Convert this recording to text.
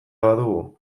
badugu